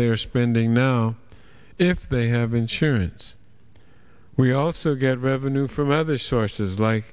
they are spending now if they have insurance we also get revenue from other sources like